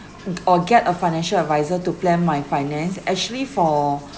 or get a financial advisor to plan my finance actually for